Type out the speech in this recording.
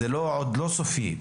זה עוד לא סופי.